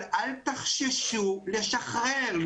אבל אל תחששו לשחרר.